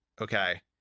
Okay